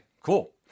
cool